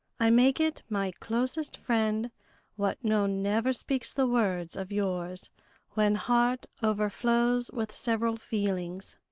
i make it my closest friend what no never speaks the words of yours when heart overflows with several feelings.